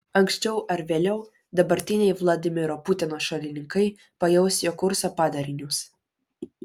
anksčiau ar vėliau dabartiniai vladimiro putino šalininkai pajaus jo kurso padarinius